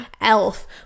Elf